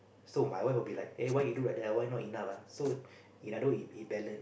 so my wife will be like aye why you do like that why not enough ah so in other word it balance